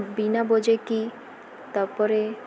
ବିନା ବଜେଇକି ତାପରେ